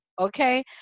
okay